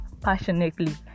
passionately